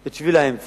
את שביל האמצע,